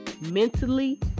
mentally